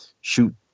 shoot